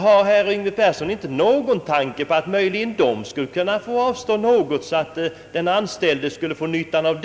Har herr Yngve Persson inte någon tanke på att dessa ägare skulle kunna avstå något så att den anställde fick nyttan därav,